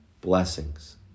blessings